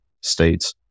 states